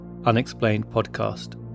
unexplainedpodcast